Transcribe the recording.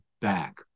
back